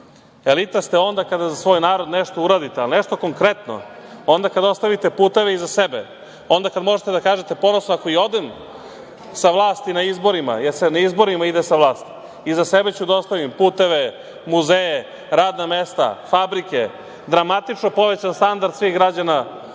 Elita ste onda kada za svoj narod nešto uradite, ali nešto konkretno, onda kad ostavite puteve iza sebe, onda kad možete da kažete ponosno - ako i odem sa vlasti na izborima, jer se na izborima ide sa vlasti, iza sebe ću da ostavim puteve, muzeje, radna mesta, fabrike, dramatično povećan standard svih građana Srbije,